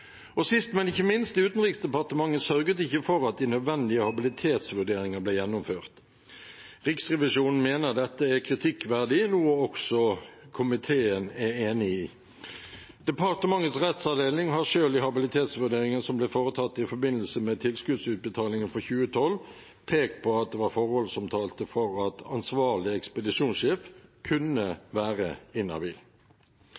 Sist, men ikke minst: Utenriksdepartementet sørget ikke for at de nødvendige habilitetsvurderinger ble gjennomført. Riksrevisjonen mener dette er kritikkverdig, noe også komiteen er enig i. Departementets rettsavdeling har selv i habilitetsvurderingen som ble foretatt i forbindelse med tilskuddsutbetalingen for 2012, pekt på at det var forhold som talte for at ansvarlig ekspedisjonssjef kunne